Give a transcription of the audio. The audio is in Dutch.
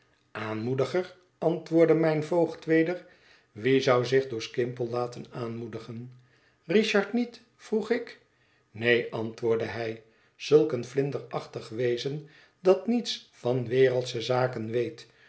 aanmoediger antwoordde mijn voogd weder wie zou zich door skimpole laten aanmoedigen richard niet vroeg ik neen antwoordde hij zulk een vlinderachtig wezen dat niets van wereldsche zaken weet